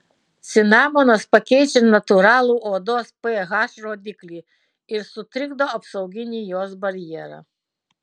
cinamonas pakeičia natūralų odos ph rodiklį ir sutrikdo apsauginį jos barjerą